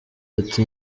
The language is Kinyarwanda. ati